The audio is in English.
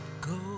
go